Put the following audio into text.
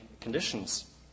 conditions